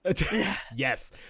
Yes